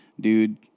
dude